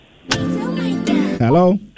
Hello